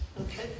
Okay